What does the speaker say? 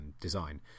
design